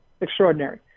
extraordinary